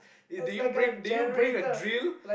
did did you bring did you bring a drill